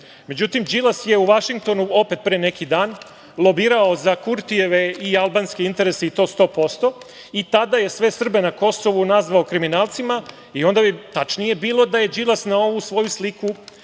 Međutim, Đilas je u Vašingtonu opet pre neki dan lobirao za Kurtijeve i albanske interese i to 100%, i tada je sve Srbe na Kosovu nazvao kriminalcima i onda bi tačnije bilo da je Đilas na ovu svoju sliku